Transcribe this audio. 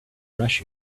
rush